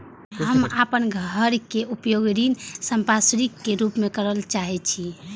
हम अपन घर के उपयोग ऋण संपार्श्विक के रूप में करल चाहि छी